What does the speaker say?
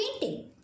painting